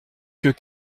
que